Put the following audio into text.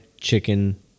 Chicken